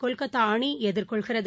கொல்கத்தா அணி எதிர்கொள்கிறது